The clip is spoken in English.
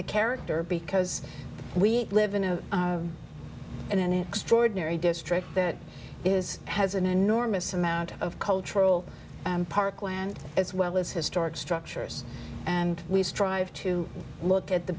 the character because we live in a in an extraordinary district that is has an enormous amount of cultural parkland as as well historic structures and we strive to look at the